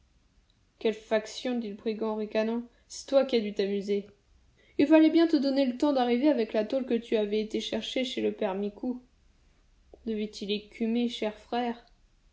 quelle faction dit le brigand en ricanant c'est toi qui as dû t'amuser il fallait bien te donner le temps d'arriver avec la tôle que tu avais été chercher chez le père micou devait-il écumer cher frère